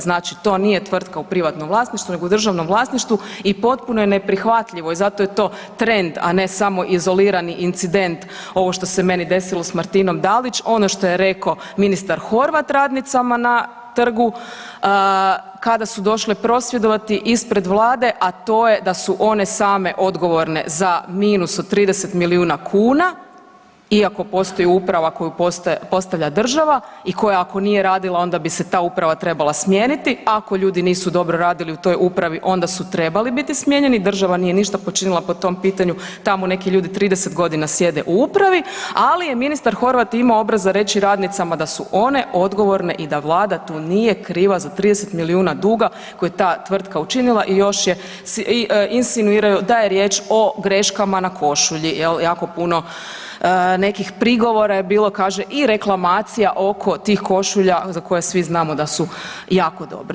Znači to nije tvrtka u privatnom vlasništvu, nego u državnom vlasništvu i potpuno je neprihvatljivo i zato je to trend, a ne samo izolirani incident, ovo što se meni desilo s Martinom Dalić, ono što je rekao ministar Horvat radnicama na trgu, kada su došle prosvjedovati ispred Vlade, a to je da su one same odgovorne za minus od 30 milijuna kuna iako postoji uprava koju postavlja država i koja, ako nije radila, onda bi se ta uprava trebala smijeniti, ako ljudi nisu dobro radili u toj upravi, onda su trebali biti smijenjeni, država nije ništa počinila po tom pitanju, tamo neki ljudi 30 godina sjede u upravi, ali je ministar Horvat imao obraza reći radnicama da su one odgovorne i da Vlada tu nije kriva za 30 milijuna duga koji je ta tvrtka učinila i još je, insinuirao da je riječ o greškama na košulji, je li, jako puno nekih prigovora je bilo, kaže i reklamacija oko tih košulja za koje svi znamo da su jako dobre.